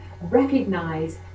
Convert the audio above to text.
recognize